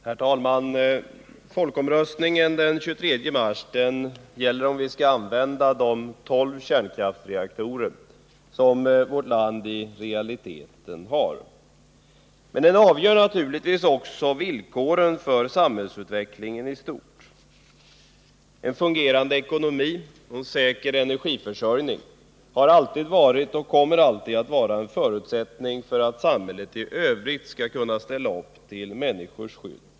Herr talman! Folkomröstningen den 23 mars gäller om vi skall använda de tolv kärnkraftsreaktorer som vårt land i realiteten har. Men den avgör naturligtvis också villkoren för samhällsutvecklingen i stort. En fungerande ekonomi och en säker energiförsörjning har alltid varit och kommer alltid att vara en förutsättning för att samhället i övrigt skall kunna ställa upp till människors stöd.